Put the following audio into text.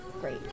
Great